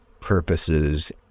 purposes